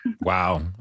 Wow